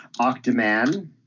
Octoman